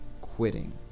quitting